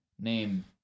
Name